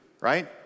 Right